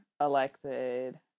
elected